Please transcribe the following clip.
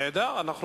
ככה.